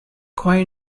quite